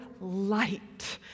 light